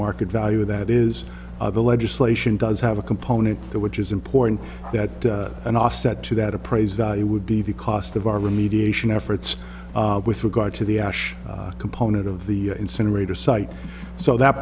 market value of that is the legislation does have a component which is important that an offset to that appraised value would be the cost of our remediation efforts with regard to the ash component of the incinerator site so that